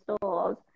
stores